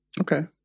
Okay